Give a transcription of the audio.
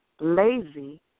Lazy